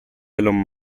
elon